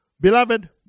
Beloved